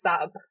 sub